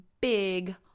big